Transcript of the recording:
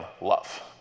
love